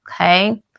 okay